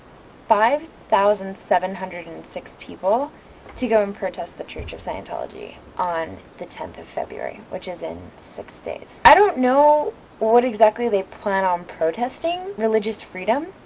five thousand seven hundred and six people to go and protest the church of scientology on the tenth of february which is in six days i don't know what exactly they plan on protesting religious freedom?